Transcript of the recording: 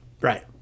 Right